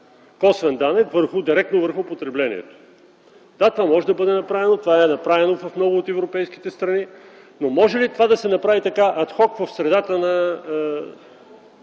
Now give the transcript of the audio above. косвен данък директно върху потреблението. Да, това може да бъде направено. Това е направено в много от европейските страни. Но може ли това да се направи така ад хок в средата на